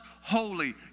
holy